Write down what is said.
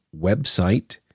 website